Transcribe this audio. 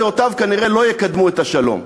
דעותיו כנראה לא יקדמו את השלום,